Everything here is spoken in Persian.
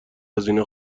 هزینه